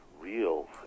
real